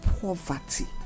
poverty